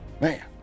man